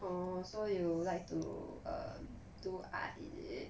oh so you like to err do art is it